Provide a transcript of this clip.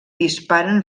disparen